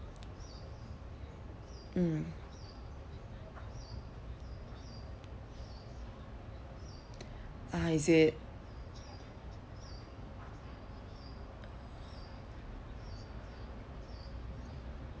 mm ah is it